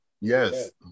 Yes